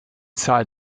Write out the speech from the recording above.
zahl